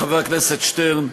חבר הכנסת שטרן,